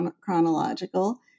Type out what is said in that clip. chronological